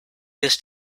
this